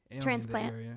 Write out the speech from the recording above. transplant